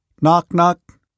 knock-knock